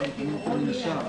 הישיבה ננעלה בשעה